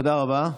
תודה רבה.